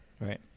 right